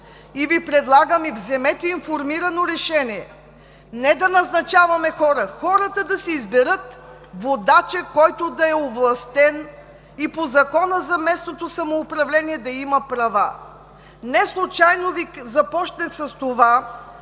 Предлагам Ви: вземете информирано решение. Не да назначаваме хора, а хората да си изберат водача, който да е овластен и по Закона за местното самоуправление да има права. Неслучайно започнах с това,